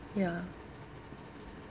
ya